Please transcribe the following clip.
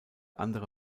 andere